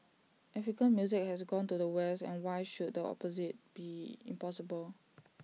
African music has gone to the west and why should the opposite be impossible